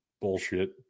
bullshit